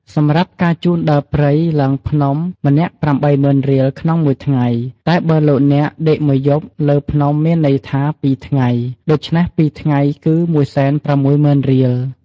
សម្រាប់ការជូនដើរព្រៃ ឡើងភ្នំ ម្នាក់៨០,០០០រៀល ក្នុងមួយថ្ងៃ តែបើលោកអ្នក ដេកមួយយប់លើភ្នំមានន័យថា២ថ្ងៃ ដូច្នេះ២ថ្ងៃ គឺ១៦០,០០០រៀល។